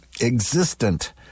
Existent